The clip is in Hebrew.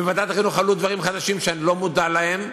ובוועדת החינוך עלו דברים חדשים שאני לא מודע להם.